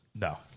No